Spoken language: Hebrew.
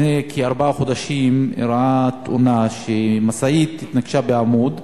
לפני כארבעה חודשים אירעה תאונה שמשאית התנגשה בעמוד,